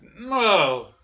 No